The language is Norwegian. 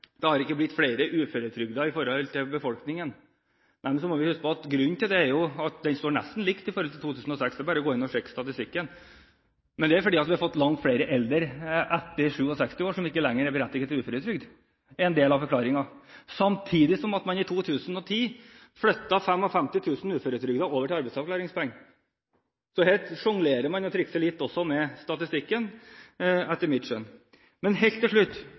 befolkningen, må vi huske på at grunnen til det er at det er nesten likt i forhold til 2006, det er bare å gå inn og sjekke statistikken. Men det er fordi vi har fått langt flere eldre over 67 år, som ikke lenger er berettiget til uføretrygd – det er en del av forklaringen – samtidig som man i 2010 flyttet 55 000 uføretrygdede over til arbeidsavklaringspenger. Så her sjonglerer man og trikser litt med statistikken, etter mitt skjønn. Helt til slutt